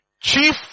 Chief